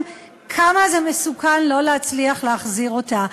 כמה זה מסוכן לא להצליח להחזיר אותה.